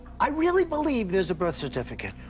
i really believe there's a birth certificate.